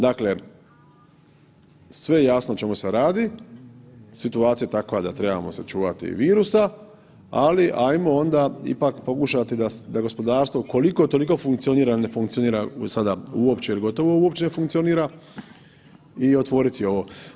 Dakle, sve jasno o čemu se radi, situacija takva da trebamo se čuvati virusa, ali ajmo onda ipak pokušati da gospodarstvo koliko toliko funkcionira, jel ne funkcionira sada uopće ili gotovo uopće ne funkcionira i otvoriti ovo.